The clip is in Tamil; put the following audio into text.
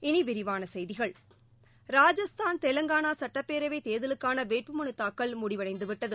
இனிவிரிவானசெய்திகள் ராஜஸ்தான் தெலங்கானாசட்டப்பேரவைத் தேர்தலுக்கானவேட்புமனுதூக்கல் முடிவடைந்துவிட்டன